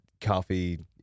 coffee